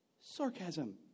Sarcasm